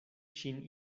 ŝin